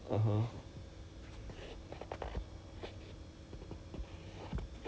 would and and it's like internationally the vaccine is available would would you take the vaccine